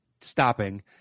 stopping